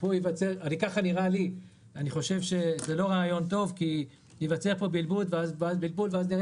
אני חושב שזה רעיון לא טוב כי ייווצר פה בלבול ואז נראה